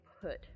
put